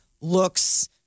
looks